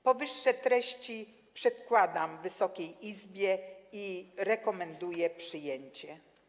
Powyższe treści przedkładam Wysokiej Izbie i rekomenduję ich przyjęcie.